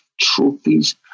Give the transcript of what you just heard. trophies